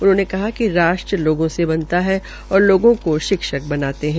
उन्होंने कहा कि राष्ट्र लोगों से बनता है और लोगों को शिक्षक बनाते है